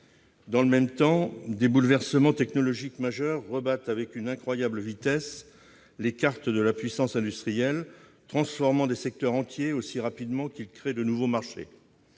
Dans le même temps, des bouleversements technologiques majeurs rebattent avec une incroyable vitesse les cartes de la puissance industrielle, transformant des secteurs entiers aussi rapidement qu'ils créent de nouveaux marchés.